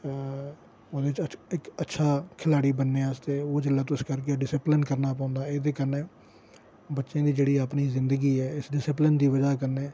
ओह्दे च इक अच्छा खिलाड़ी बनने आस्तै ओह् जेल्लै तुस करगेओ डिस्सीपलिन करना पौंदा एह्दे कन्नै बच्चें दी अपनी जेह्ड़ी जिंदगी ऐ इस डिस्सीपलिन दी बजह कन्नै